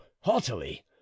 haughtily